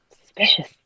suspicious